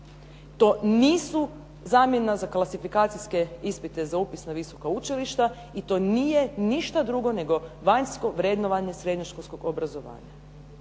To nisu zamjena za klasifikacijske ispite za upis na visoka učilišta i to nije ništa drugo nego vanjsko vrednovanje srednjoškolskog obrazovanja,